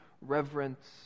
reverence